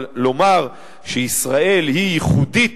אבל לומר שישראל היא ייחודית